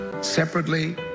separately